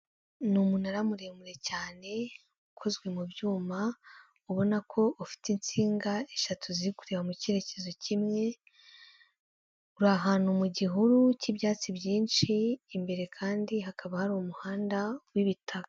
Ni umunara muremure cyane ukozwe mu byuma, ubona ko ufite insinga eshatu ziri kujya mu cyerekezo kimwe, uri ahantu mu gihuru cy'ibyatsi byinshi, imbere kandi hakaba hari umuhanda w'ibitaka.